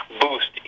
boost